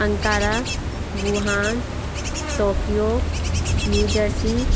Ankara Wuhan Tokyo new jersey